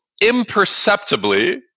imperceptibly